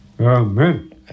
Amen